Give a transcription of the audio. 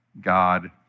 God